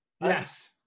yes